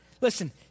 Listen